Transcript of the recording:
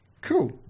Cool